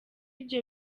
ibyo